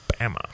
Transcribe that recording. Bama